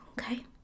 Okay